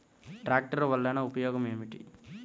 ట్రాక్టర్లు వల్లన ఉపయోగం ఏమిటీ?